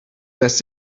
lässt